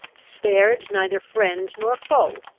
spared neither friend nor foe.